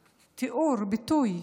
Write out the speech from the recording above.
תיאור, ביטוי,